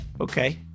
Okay